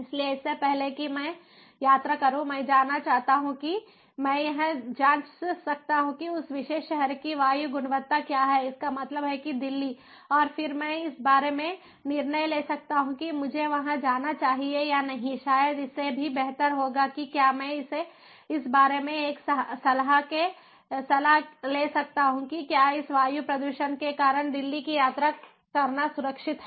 इसलिए इससे पहले कि मैं यात्रा करूं मैं जान सकता हूं कि मैं यह जांच सकता हूं कि उस विशेष शहर की वायु गुणवत्ता क्या है इसका मतलब है कि दिल्ली और फिर मैं इस बारे में निर्णय ले सकता हूं कि मुझे वहां जाना चाहिए या नहीं शायद इससे भी बेहतर होगा कि क्या मैं इस बारे में एक सलाह ले सकता हूं कि क्या इस वायु प्रदूषण के कारण दिल्ली की यात्रा करना सुरक्षित है